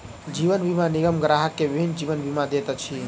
जीवन बीमा निगम ग्राहक के विभिन्न जीवन बीमा दैत अछि